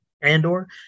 Andor